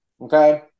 okay